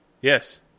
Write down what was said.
Yes